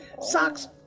Sock's